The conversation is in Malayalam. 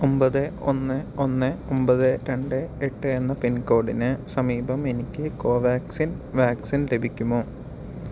ഒമ്പത് ഒന്ന് ഒന്ന് ഒമ്പത് രണ്ട് എട്ട് എന്ന പിൻകോഡിന് സമീപം എനിക്ക് കോവാക്സിൻ വാക്സിൻ ലഭിക്കുമോ